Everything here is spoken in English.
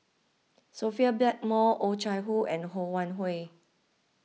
Sophia Blackmore Oh Chai Hoo and Ho Wan Hui